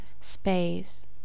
space